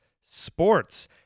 sports